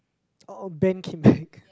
oh oh band came back